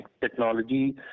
Technology